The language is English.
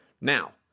Now